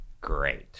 great